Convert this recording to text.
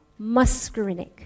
muscarinic